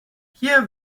hier